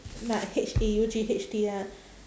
like H A U G H T ah